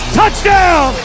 touchdown